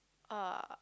uh